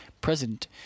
President